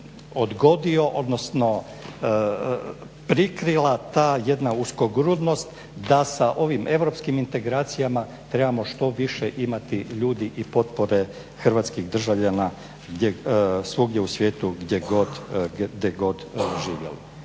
odgodio, odnosno prikrila ta jedna uskogrudnost da sa ovim europskim integracijama trebamo što više imati ljudi i potpore hrvatskih državljana svugdje u svijetu gdje god živjeli.